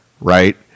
right